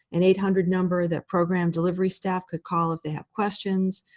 an eight hundred number that program delivery staff could call if they have questions.